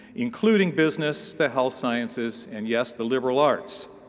including business, the health sciences, and yes, the liberal arts.